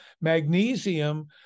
Magnesium